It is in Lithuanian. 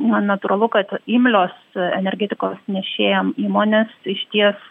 man natūralu kad imlios energetikos nešėjam įmonės išties